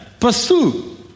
Pursue